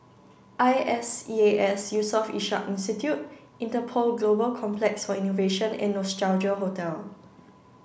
I S E A S Yusof Ishak Institute Interpol Global Complex for Innovation and Nostalgia Hotel